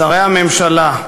שרי הממשלה,